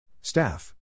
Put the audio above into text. Staff